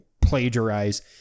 plagiarize